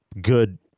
good